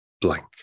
blank